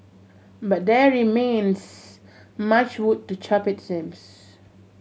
but there remains much wood to chop it seems